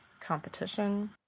competition